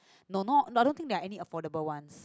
no not I don't think there are any affordable ones